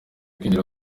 kwinjira